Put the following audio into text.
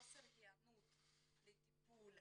חוסר ההיענות לטיפול,